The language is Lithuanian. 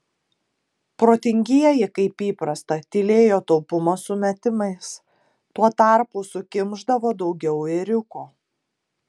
protingieji kaip įprasta tylėjo taupumo sumetimais tuo tarpu sukimšdavo daugiau ėriuko